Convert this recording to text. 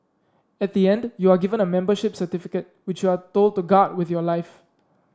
at the end you are given a membership certificate which you are told to guard with your life